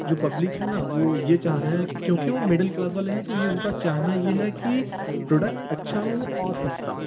जो पब्लिक है न वह यह चाह रहें हैं कि क्योंकि वह मिडिल क्लास वाले हैं तो यह उनका चाहना यह है कि प्रोडक्ट अच्छा हो और सस्ता हो